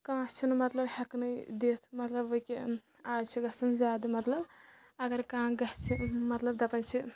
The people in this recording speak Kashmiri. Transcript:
کانٛہہ چھُنہٕ مطلب ہٮ۪کنٕے دِتھ مطلب وٕنکٮ۪ن اَز چھِ گژھان زیادٕ مطلب اگر کانٛہہ گژھِ مطلب دَپان چھِ